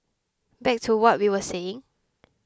back to what we were saying